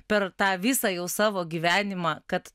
per tą visą jau savo gyvenimą kad